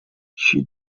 she